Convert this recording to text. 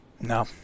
No